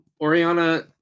Oriana